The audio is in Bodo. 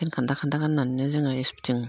फेन खान्दा खान्दा गाननानै जोङो इसफुथिं